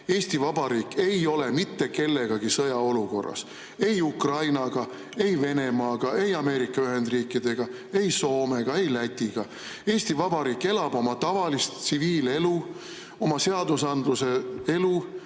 Eesti Vabariik ei ole mitte kellegagi sõjaolukorras – ei Ukrainaga, ei Venemaaga, ei Ameerika Ühendriikidega, ei Soomega, ei Lätiga. Eesti Vabariik elab oma tavalist tsiviilelu, oma seadusandluse elu.